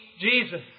Jesus